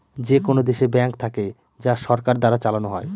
যেকোনো দেশে ব্যাঙ্ক থাকে যা সরকার দ্বারা চালানো হয়